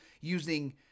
using